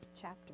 chapter